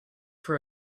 for